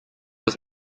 was